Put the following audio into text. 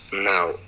Now